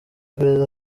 perezida